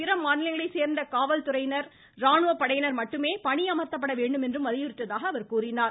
பிற மாநிலங்களைச் சேர்ந்த காவல் துறையினர் இராணுவப் படையினர் மட்டுமே பணியமர்த்தப்பட வேண்டும் என்றும் வலியுறுத்தியதாக குறிப்பிட்டார்